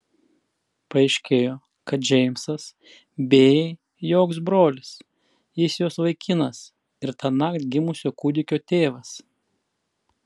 paaiškėjo kad džeimsas bėjai joks brolis jis jos vaikinas ir tąnakt gimusio kūdikio tėvas